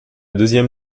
deuxième